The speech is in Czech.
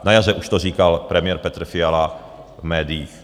Na jaře už to říkal premiér Petr Fiala v médiích.